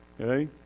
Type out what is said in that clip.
Okay